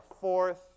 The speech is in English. fourth